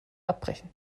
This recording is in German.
abbrechen